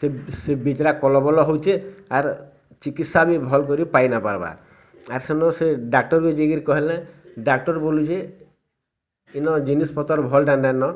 ସେ ବି ସେ ବିଚରା କଲ ବଲ ହେଉଛି ଆର ଚିକିତ୍ସା ବି ଭଲ କରି ପାଇନ ପାରବା ଆସୁନି ସେ ଡାକ୍ଟରକୁ ଯାଇକି କହିଲା ଡାକ୍ଟର ବୋଲୁଛି ଇନୋ ଜିନିଷପତ୍ର ଭଲଟା ନାନୋ